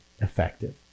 effective